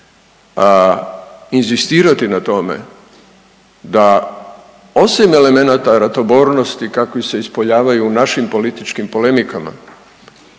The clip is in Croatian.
inzistirati na tome da osim elemenata ratobornosti kakvi se ispolijevaju u našim političkim polemikama